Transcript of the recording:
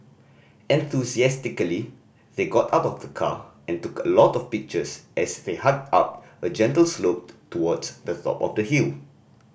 enthusiastically they got out of the car and took a lot of pictures as they hiked up a gentle slope towards the top of the hill